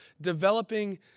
developing